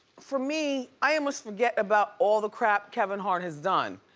for me, i almost forget about all the crap kevin hart has done,